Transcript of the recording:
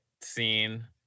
scene